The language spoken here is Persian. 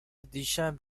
دیشب